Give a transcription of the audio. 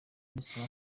lucky